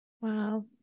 Wow